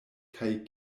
kaj